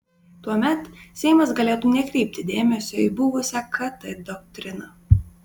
tuomet seimas galėtų nekreipti dėmesio į buvusią kt doktriną